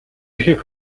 ихийг